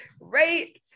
right